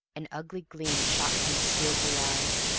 an ugly gleam shot from the steel blue eyes.